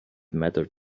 mattered